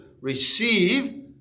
receive